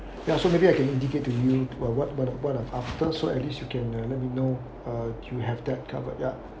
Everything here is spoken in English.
ya so maybe I can indicate to you about what what I'm so at least you can uh let me know uh you have that covered ya